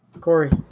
Corey